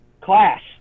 class